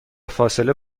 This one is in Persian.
فاصله